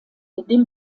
dem